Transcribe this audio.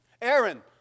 Aaron